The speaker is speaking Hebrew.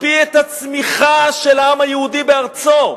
מקפיא את הצמיחה של העם היהודי בארצו,